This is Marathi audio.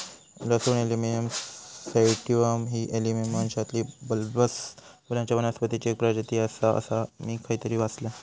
लसूण एलियम सैटिवम ही एलियम वंशातील बल्बस फुलांच्या वनस्पतीची एक प्रजाती आसा, असा मी खयतरी वाचलंय